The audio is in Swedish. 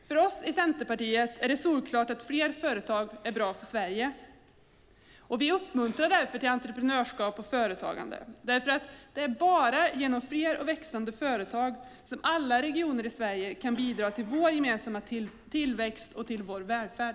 För oss i Centerpartiet är det solklart att fler företag är bra för Sverige. Vi uppmuntrar därför till entreprenörskap och företagande. Det är bara genom fler och växande företag som alla regioner i Sverige kan bidra till vår gemensamma tillväxt och till vår välfärd.